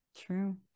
True